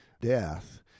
death